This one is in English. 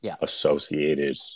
associated